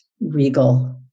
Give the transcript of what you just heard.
regal